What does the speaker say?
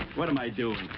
what am i doing?